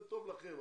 זה טוב לכם.